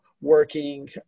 working